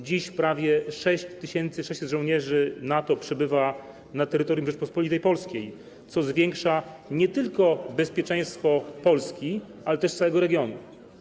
Dziś prawie 6600 żołnierzy NATO przebywa na terytorium Rzeczypospolitej Polskiej, co zwiększa bezpieczeństwo nie tylko Polski, ale też całego regionu.